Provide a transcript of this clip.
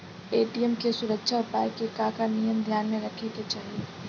ATM के सुरक्षा उपाय के का का नियम ध्यान में रखे के चाहीं?